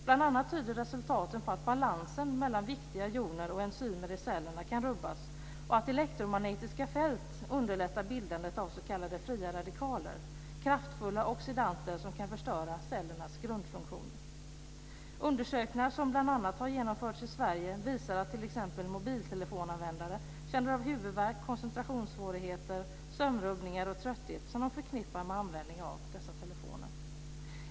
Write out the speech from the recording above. Bl.a. tyder resultaten på att balansen mellan viktiga joner och enzymer i cellerna kan rubbas och att elektromagnetiska fält underlättar bildandet av s.k. fria radikaler - kraftfulla oxidanter som kan förstöra cellernas grundfunktion. Undersökningar som bl.a. har genomförts i Sverige visar att t.ex. mobiltelefonanvändare känner av huvudvärk, koncentrationssvårigheter, sömnrubbningar och trötthet som de förknippar med användningen av dessa telefoner.